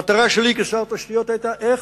המטרה שלי, כשר התשתיות, היתה איך,